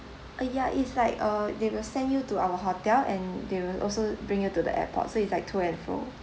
uh ya it's like uh they will send you to our hotel and they will also bring you to the airport so it's like to and fro